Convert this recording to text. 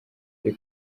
ari